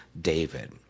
David